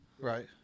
Right